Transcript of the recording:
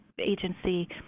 agency